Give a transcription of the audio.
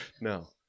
No